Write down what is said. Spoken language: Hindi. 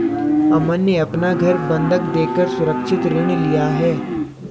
अमन ने अपना घर बंधक देकर सुरक्षित ऋण लिया